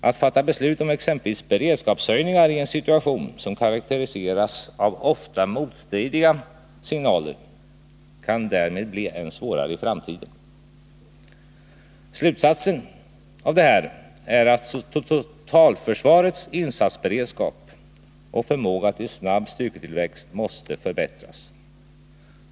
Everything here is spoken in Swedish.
Att fatta beslut om exempelvis beredskapshöjningar i en situation som karakteriseras av ofta motstridiga signaler kan därmed bli än svårare i framtiden. Slutsatsen av detta är att totalförsvarets insatsberedskap och förmåga till snabb styrketillväxt måste förbättras.